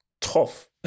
tough